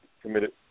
committed